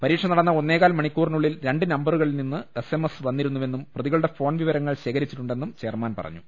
പരീക്ഷ നടന്ന ഒന്നേകാൽ മണിക്കൂറിനുള്ളിൽ രണ്ട് നമ്പറുകളിൽ നിന്ന് എസ് എം എസ് വന്നിരുന്നുവെന്നും പ്രതിക ളുടെ ഫോൺ വിവരങ്ങൾ ശേഖരിച്ചിട്ടുണ്ടെന്നും ചെയർമാൻ പറഞ്ഞു